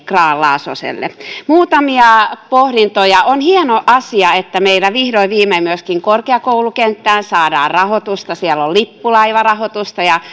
grahn laasoselle muutamia pohdintoja on hieno asia että meillä vihdoin ja viimein myöskin korkeakoulukenttään saadaan rahoitusta siellä on lippulaivarahoitusta ja